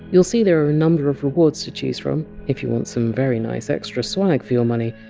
you! ll see there are a number of rewards to choose from, if you want some very nice extra swag for your money,